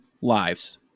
lives